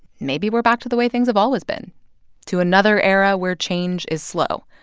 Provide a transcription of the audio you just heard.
maybe we're back to the way things have always been to another era where change is slow,